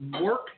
Work